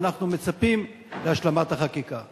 ואנחנו מצפים להשלמת החקיקה.